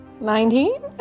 Nineteen